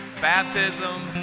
Baptism